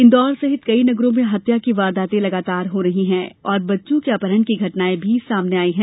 इंदौर सहित कई नगरों में हत्या की वारदातें लगातार हो रही हैं और बच्चों के अपहरण की घटनायें भी सामने आई है